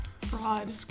Fraud